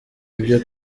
ibyo